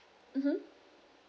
mmhmm